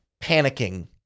panicking